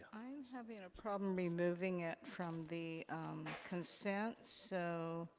i'm having a problem removing it from the consent, so.